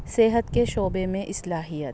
صحت کے شعبے میں اصلاحیت